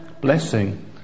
blessing